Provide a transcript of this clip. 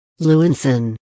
Lewinson